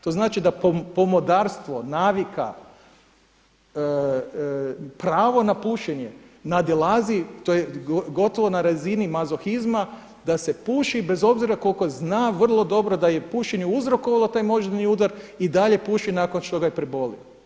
To znači da pomodarstvo navika, pravo na pušenje nadilazi to je gotovo na razini mazohizma da se puši bez obzira koliko zna vrlo dobro da je pušenje uzrokovalo taj moždani udar i dalje puši nakon što ga je prebolio.